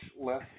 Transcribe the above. less